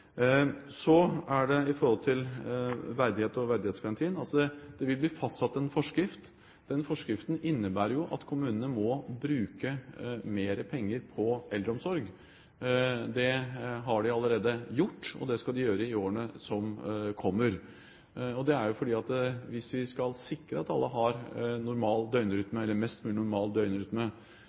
det gjelder verdighet og verdighetsgarantien: Det vil bli fastsatt en forskrift. Den forskriften innebærer at kommunene må bruke mer penger på eldreomsorg. Det har de allerede gjort. Og det skal de gjøre i årene som kommer, for hvis vi skal sikre alle en mest mulig normal døgnrytme, forsvarlige boforhold osv., kommer ikke det av seg selv. Det er derfor vi